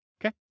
okay